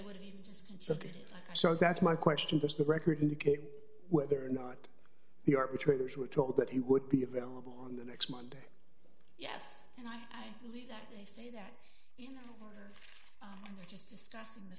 would even just something like that so that's my question just the record indicated whether or not the arbitrators were told that he would be available on the next monday yes and i believe that they say that they're just discussing the